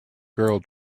girl